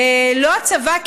לא הצבא,